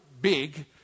big